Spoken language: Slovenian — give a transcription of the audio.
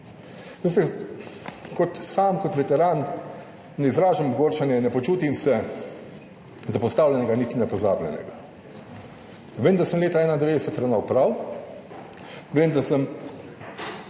tega. Veste, sam kot veteran ne izražam ogorčenja in ne počutim se zapostavljenega niti ne pozabljenega. Vem, da sem leta 1991 ravnal prav, vem, da sem